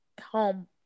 home